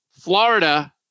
Florida